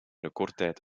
recordtijd